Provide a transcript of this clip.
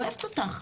אוהבת אותך.